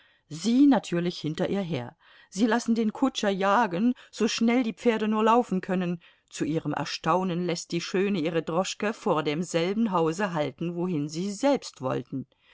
sie natürlich hinter ihr her sie lassen den kutscher jagen so schnell die pferde nur laufen können zu ihrem erstaunen läßt die schöne ihre droschke vor demselben hause halten wohin sie selbst wollten